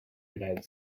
united